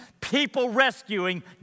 people-rescuing